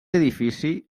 edifici